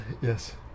Yes